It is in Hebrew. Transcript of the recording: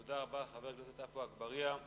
תודה רבה, חבר הכנסת עפו אגבאריה.